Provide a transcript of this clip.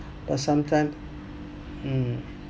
but sometime mm